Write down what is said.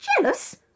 jealous